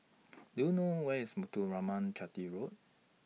Do YOU know Where IS Muthuraman Chetty Road